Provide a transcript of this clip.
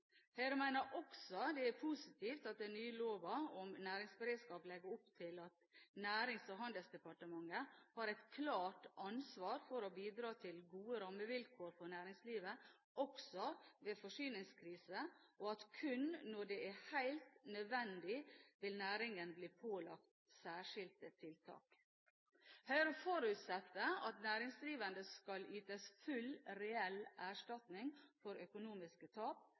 også det er positivt at den nye loven om næringsberedskap legger opp til at Nærings- og handelsdepartementet har et klart ansvar for å bidra til gode rammevilkår for næringslivet også ved forsyningskriser, og at kun når det er helt nødvendig, vil næringene bli pålagt særskilte tiltak. Høyre forutsetter at næringsdrivende skal ytes full reell erstatning for økonomisk tap,